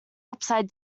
upside